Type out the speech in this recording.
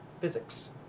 physics